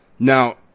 now